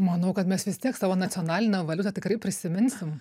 manau kad mes vis tiek savo nacionalinę valiutą tikrai prisiminsim